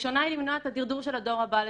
הראשונה היא למנוע את הדרדור של הדור הבא לזנות,